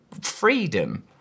freedom